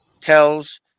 tells